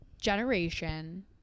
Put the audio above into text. generation